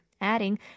adding